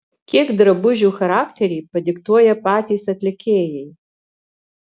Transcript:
kiek drabužių charakterį padiktuoja patys atlikėjai